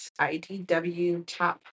IDWTAP